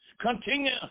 continue